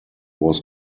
was